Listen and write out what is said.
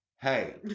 hey